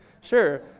sure